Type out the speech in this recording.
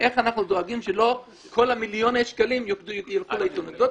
איך אנחנו דואגים שלא כל מיליוני השקלים ילכו לעיתונות?